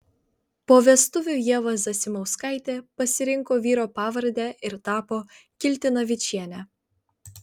po vestuvių ieva zasimauskaitė pasirinko vyro pavardę ir tapo kiltinavičiene